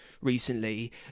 recently